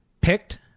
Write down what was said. picked